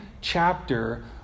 chapter